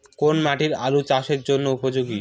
কোন মাটি আলু চাষের জন্যে উপযোগী?